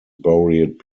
buried